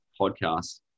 podcast